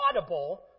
audible